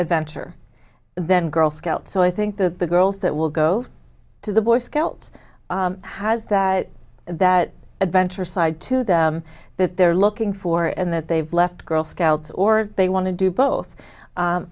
adventure then girl scouts so i think the girls that will go to the boy scouts has that that adventurous side to them that they're looking for and that they've left girl scouts or they want to do both